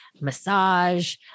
massage